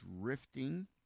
Drifting